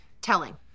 Telling